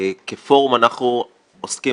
זאת אומרת, הוא נותן